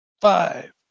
Five